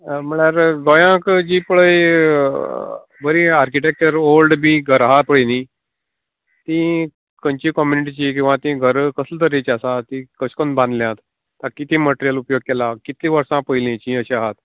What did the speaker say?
म्हळ्यार गोंयाक जी पळय बरी आर्किटॅक्टर ओल्ड बी घरां आहा पय नी ती खंच्या कॉमेंटची किंवा ती घर कसल्या तरेचें आसा ती कशें करून बांदल्यात ताका किदें मटेरीयल केला कितलीं वर्सां पयलेची अशें आसा